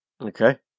Okay